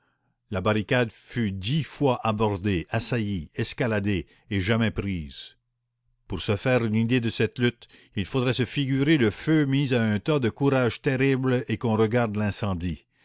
la barricade fut dix fois abordée assaillie escaladée et jamais prise pour se faire une idée de cette lutte il faudrait se figurer le feu mis à un tas de courages terribles et qu'on regarde l'incendie